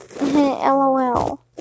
LOL